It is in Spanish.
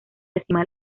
decimal